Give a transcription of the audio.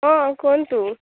ହଁ କୁହନ୍ତୁ